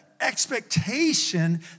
expectation